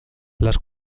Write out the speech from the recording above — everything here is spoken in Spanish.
las